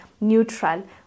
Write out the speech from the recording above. neutral